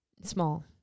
small